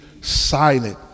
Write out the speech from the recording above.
silent